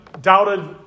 doubted